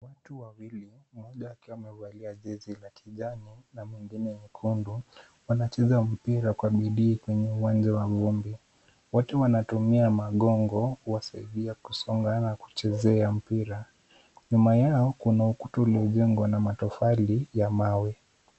Watu wawili, mmoja akiwa amevalia jezi la kijani na mwingine nyekundu, wanacheza mpira kwa bidii kwenye uwanja wa vumbi. Wote wanatumia magongo kuwasaidia kusonga na kuchezea mpira. Nyuma yao kuna ukuta uliojengwa na matofali ya mawe.